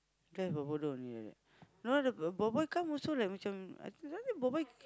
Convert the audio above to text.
boy boy bodoh only like that no the boy boy come also like macam boy boy